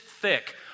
thick